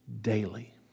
daily